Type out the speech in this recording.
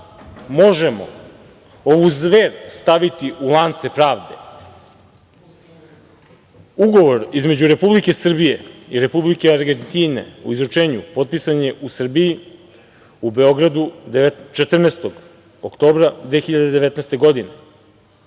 možemo ovu zver staviti u lance pravde. Ugovor između Republike Srbije i Republike Argentine, o izručenju, potpisan je u Srbiji, u Beogradu 14. oktobra 2019. godine.